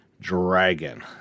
Dragon